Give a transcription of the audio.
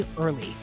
Early